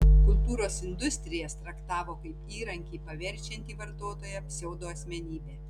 kultūros industrijas traktavo kaip įrankį paverčiantį vartotoją pseudoasmenybe